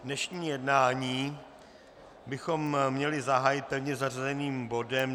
Dnešní jednání bychom měli zahájit pevně zařazeným bodem 218.